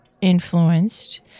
influenced